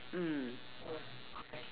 mm